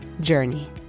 journey